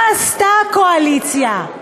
מה עשתה הקואליציה?